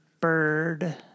bird